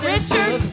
Richard